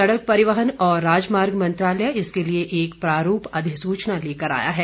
सडक परिवहन और राजमार्ग मंत्रालय इसके लिए एक प्रारूप अधिसुचना लेकर आया है